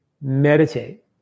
meditate